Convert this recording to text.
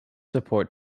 support